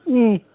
ꯎꯝ